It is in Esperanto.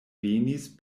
venis